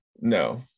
No